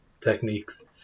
techniques